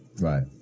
right